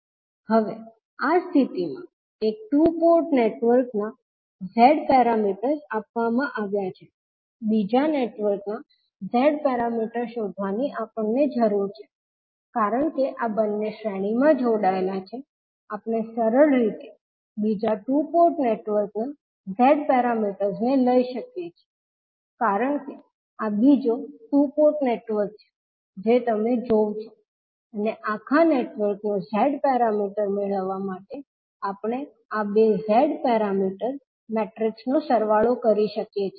હવે આ સ્થિતિમાં એક ટુ પોર્ટ નેટવર્કના Z પેરામીટર્સ આપવામાં આવ્યા છે બીજા નેટવર્કનો Z પેરામીટર આપણે શોધવાની જરૂર છે કારણ કે આ બંને શ્રેણીમાં જોડાયેલા છે આપણે સરળ રીતે બીજા ટુ પોર્ટ નેટવર્કના Z પેરામીટર્સને લઈ શકીએ છીએ કારણ કે આ બીજો ટુ પોર્ટ નેટવર્ક છે જે તમે જોવો છો અને આખા નેટવર્કનો Z પેરામીટર મેળવવા માટે આપણે આ બે Z પેરામીટર મેટ્રિક્ષ નો સરવાળો કરી શકીએ છીએ